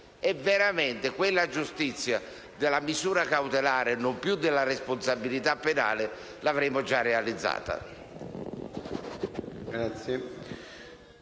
E veramente quella giustizia della misura cautelare e non più della responsabilità penale l'avremo già realizzata.